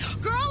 Girl